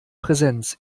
präsenz